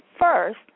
First